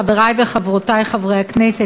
חברי וחברותי חברי הכנסת,